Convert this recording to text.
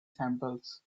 samples